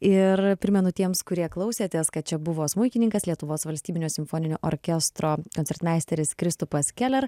ir primenu tiems kurie klausėtės kad čia buvo smuikininkas lietuvos valstybinio simfoninio orkestro koncertmeisteris kristupas keler